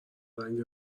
رنگ